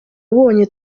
abonye